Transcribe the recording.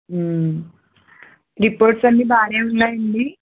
reports అన్ని బాగానే ఉన్నాయండి